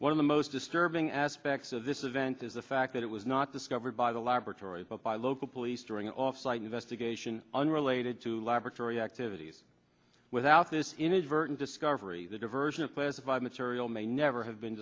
one of the most disturbing aspects of this event is a fact that it was not discovered by the laboratory but by local police during an offsite investigation unrelated to laboratory activities without this inadvertent discovery the diversion of classified material may never have been